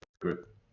group